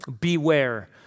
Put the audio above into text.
Beware